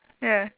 ya